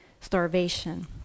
starvation